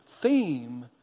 theme